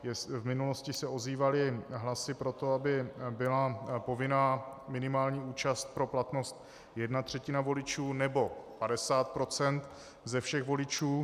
V minulosti se ozývaly hlasy pro to, aby byla povinná minimální účast pro platnost jedna třetina voličů, nebo 50 procent ze všech voličů.